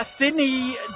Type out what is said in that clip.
Sydney